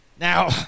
Now